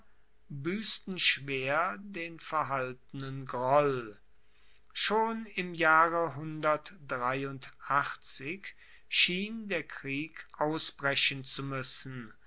buessten schwer den verhaltenen groll schon im jahre schien der krieg ausbrechen zu muessen